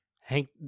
Hank